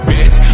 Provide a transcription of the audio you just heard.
Bitch